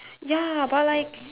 ya but like